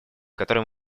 который